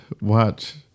watch